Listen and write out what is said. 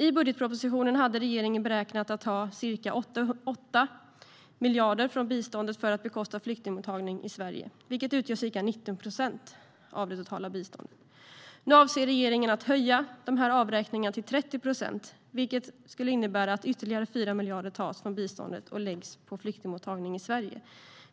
I budgetpropositionen hade regeringen beräknat att ta ca 8 miljarder från biståndet för att bekosta flyktingmottagning i Sverige, vilket utgör ca 19 procent av det totala biståndet. Nu avser regeringen att höja avräkningarna till 30 procent, vilket skulle innebära att ytterligare 4 miljarder tas från biståndet och läggs på flyktingmottagning i Sverige.